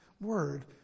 word